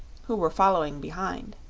who were following behind.